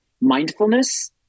mindfulness